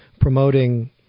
promoting